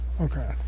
Okay